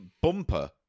bumper